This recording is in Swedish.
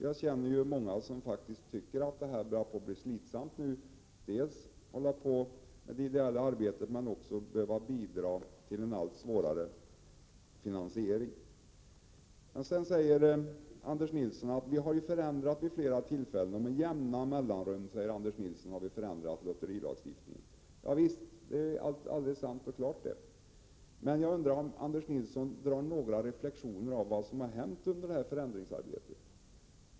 Jag känner många som tycker att det börjar bli slitsamt att dels hålla på med det ideella arbetet, dels behöva bidra till en allt svårare finansiering. Anders Nilsson säger att vi med jämna mellanrum har förändrat lotterilagstiftningen. Ja visst, det är alldeles sant. Men jag undrar om Anders Nilsson gör några reflektioner med anledning av vad som har hänt under det förändringsarbetet.